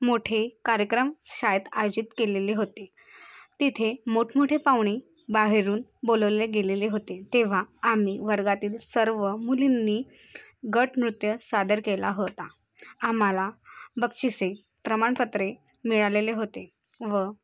मोठे कार्यक्रम शाळेत आयोजित केलेले होते तिथे मोठमोठे पाहुणे बाहेरून बोलवले गेलेले होते तेव्हा आम्ही वर्गातील सर्व मुलींनी गटनृत्य सादर केला होता आम्हाला बक्षिसे प्रमाणपत्रे मिळालेले होते व